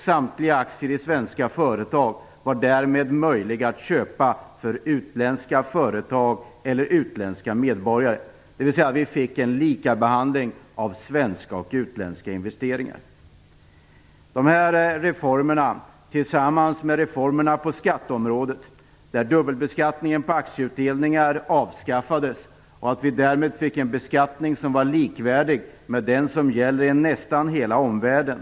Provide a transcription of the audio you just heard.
Samtliga aktier i svenska företag var därmed möjliga att köpa för utländska företag eller utländska medborgare, dvs. svenska och utländska investeringar behandlades lika. De här reformerna, tillsammans med reformerna på skatteområdet, som innebar att dubbelbeskattningen på aktieutdelningar avskaffades, gjorde att vi därmed fick en beskattning som var likvärdig med den som gäller i nästan hela omvärlden.